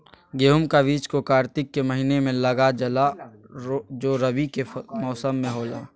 गेहूं का बीज को कार्तिक के महीना में लगा जाला जो रवि के मौसम में होला